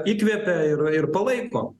įkvepia ir ir palaiko